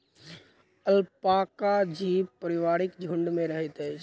alpaca जीव पारिवारिक झुण्ड में रहैत अछि